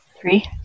Three